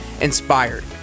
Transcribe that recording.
inspired